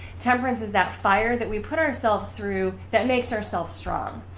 temperance is that fire that we put ourselves through that makes our self strong.